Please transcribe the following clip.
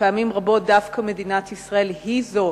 ופעמים רבות דווקא מדינת ישראל היא זו